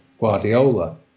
Guardiola